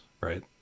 right